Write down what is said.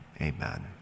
amen